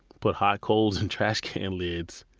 put hot coals in trash can lids,